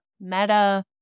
Meta